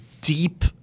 deep